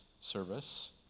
service